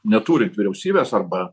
neturint vyriausybės arba